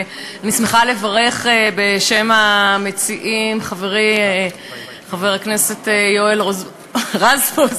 אני שמחה לברך בשם המציעים: חברי חבר הכנסת יואל רוזבוזוב,